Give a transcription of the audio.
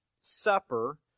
supper